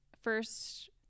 first